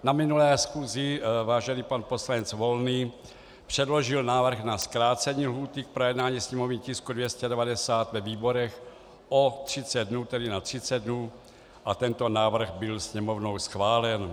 Na minulé schůzi vážený pan poslanec Volný předložil návrh na zkrácení lhůty k projednání sněmovního tisku 290 ve výborech o 30 dnů, tedy na 30 dnů, a tento návrh byl Sněmovnou schválen.